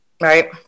Right